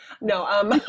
No